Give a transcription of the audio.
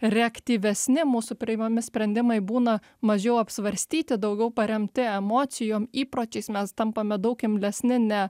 reaktyvesni mūsų priimami sprendimai būna mažiau apsvarstyti daugiau paremti emocijom įpročiais mes tampame daug imlesni ne